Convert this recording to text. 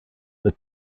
the